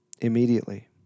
Immediately